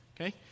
okay